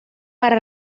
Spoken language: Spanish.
para